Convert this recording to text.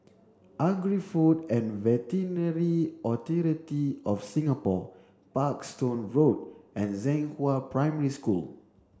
Agri Food and Veterinary Authority of Singapore Parkstone Road and Zhenghua Primary School